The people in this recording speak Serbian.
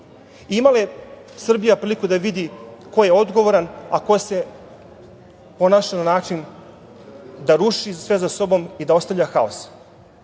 je Srbija priliku da vidi ko je odgovoran, a ko se ponaša na način da ruši sve za sobom i da ostavlja haos.